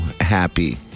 happy